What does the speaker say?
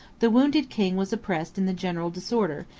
the wounded king was oppressed in the general disorder,